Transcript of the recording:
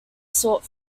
sought